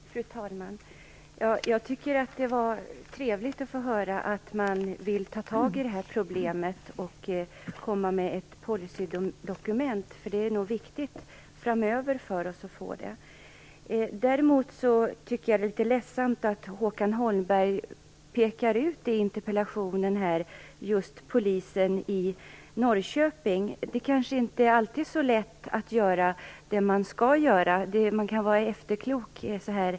Fru talman! Jag tycker att det var trevligt att höra att man vill ta tag i det här problemet och komma med ett policydokument. Det är nog viktigt för oss att få ett sådant. Däremot tycker jag att det är litet synd att Norrköping. Det kanske inte alltid är så lätt att göra det man skall göra. Man kan vara efterklok.